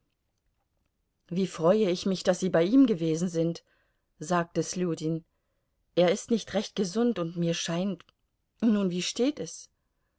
wie freue ich mich daß sie bei ihm gewesen sind sagte sljudin er ist nicht recht gesund und mir scheint nun wie steht es